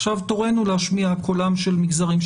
עכשיו תורנו להשמיע את קולם של מגזרים,